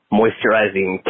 moisturizing